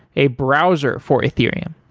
a browser for ethereum.